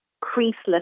creaseless